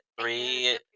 three